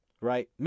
right